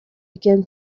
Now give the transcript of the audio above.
began